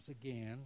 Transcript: again